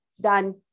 done